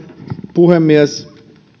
puhemies